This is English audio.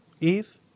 Eve